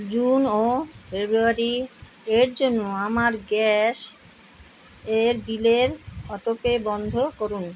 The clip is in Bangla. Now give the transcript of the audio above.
জুন ও ফেব্রুয়ারি এর জন্য আমার গ্যাস এর বিলের অটোপে বন্ধ করুন